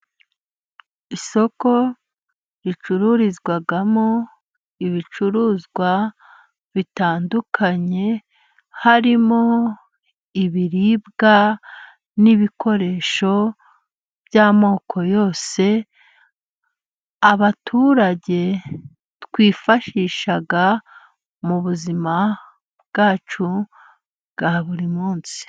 Isoko ricururizwamo ibicuruzwa bitandukanye harimo ibiribwa, n'ibikoresho by'amoko yose abaturage twifashisha mu buzima bwacu bwa buri munsi.